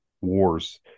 wars